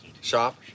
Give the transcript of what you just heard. shop